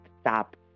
stop